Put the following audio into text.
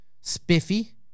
spiffy